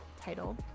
title